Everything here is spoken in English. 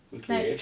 okay